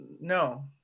no